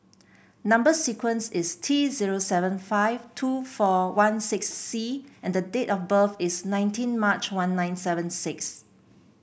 number sequence is T zero seven five two four one six C and date of birth is nineteen March one nine seven six